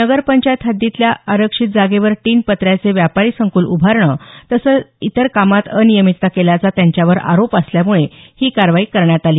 नगरपंचायत हद्दीतल्या आरक्षित जागेवर टिनपत्र्याचे व्यापारी संकुल उभारणं तसंच इतर कामात अनियमितता केल्याचा त्यांच्यावर आरोप असल्यामुळे ही कारवाई करण्यात आली